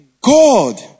God